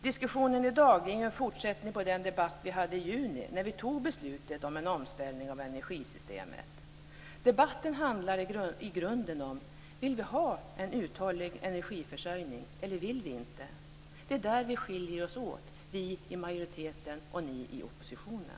Diskussionen i dag är ju en fortsättning på den debatt som vi hade i juni, när vi tog beslutet om en omställning av energisystemet. Debatten handlar i grunden om frågan: Vill vi ha en uthållig energiförsörjning eller inte? Det är där vi skiljer oss åt, vi i majoriteten och ni i oppositionen.